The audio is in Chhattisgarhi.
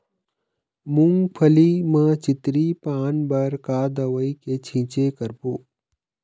मूंगफली म चितरी पान बर का दवई के छींचे करबो?